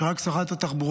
היא רק שרת התחבורה.